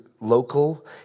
local